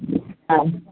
হ্যাঁ